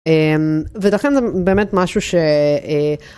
ולכן זה באמת משהו ש...